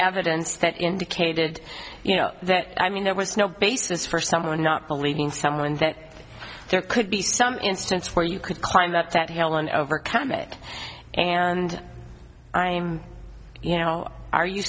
evidence that indicated you know that i mean there was no basis for someone not believing someone that there could be some instance where you could climb up that hill and overcome it and i'm you know are you